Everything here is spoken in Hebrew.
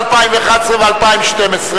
ל-2011 ו-2012,